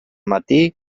martí